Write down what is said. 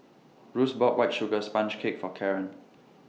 Russ bought White Sugar Sponge Cake For Karren